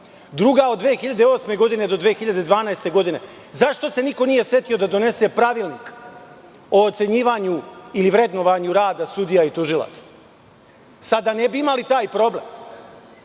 druga od 2008. do 2012. godine. Zašto se niko nije setio da donese pravilnik o ocenjivanju ili vrednovanju rada sudija i tužilaca? Sada ne bismo imali taj problem.